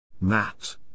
Matt